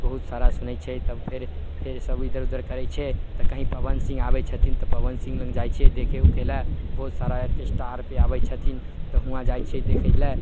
बहुत सारा सुनै छियै तब फेर फेर सब इधर उधर करै छियै तऽ कहीँ पवन सिंह आयै छथिन तऽ पवन सिंह लंग जाइ छियै देखे उखे लए बहुत सारा आर्केस्टा आर पे आबय छथिन तऽ हुआँ जाइ छिअय देखय लए